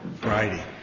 Friday